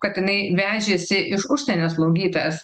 kad jinai vežėsi iš užsienio slaugytojas